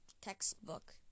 textbook